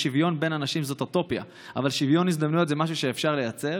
להתפלפל עם צביקה האוזר בעניינים היסטוריים זה דבר